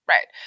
Right